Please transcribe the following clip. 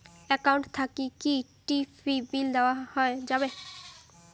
Account থাকি কি TV bill দেওয়া যাবে?